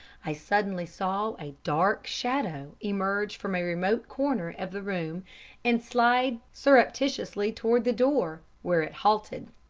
i suddenly saw a dark shadow emerge from a remote corner of the room and slide surreptitiously towards the door, where it halted.